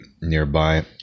nearby